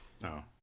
No